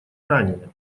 ранее